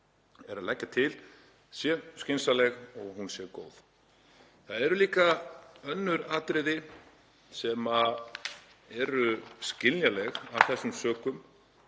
er að leggja til sé skynsamleg og hún sé góð. Það eru líka önnur atriði sem eru skiljanleg af þessum sökum.